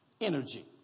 Energy